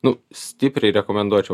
nu stipriai rekomenduočiau